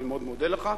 אני מאוד מודה לך,